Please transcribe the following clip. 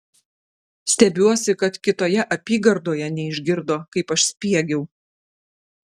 stebiuosi kad kitoje apygardoje neišgirdo kaip aš spiegiau